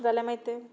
जाल्यार मागीर ते